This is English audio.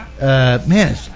Man